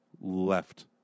left